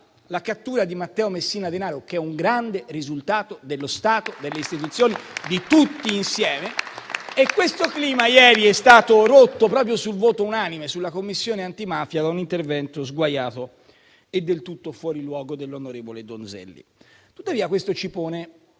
la cattura di Matteo Messina Denaro, che è un grande risultato dello Stato, delle istituzioni, di tutti noi insieme. Questo clima, però, ieri è stato rotto, proprio sul voto unanime sulla Commissione antimafia, da un intervento sguaiato e del tutto fuori luogo dell'onorevole Donzelli. Tuttavia, questo pone